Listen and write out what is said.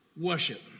Worship